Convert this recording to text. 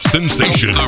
Sensation